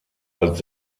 als